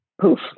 Poof